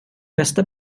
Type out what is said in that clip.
bästa